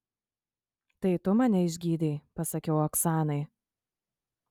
tai tu mane išgydei pasakiau oksanai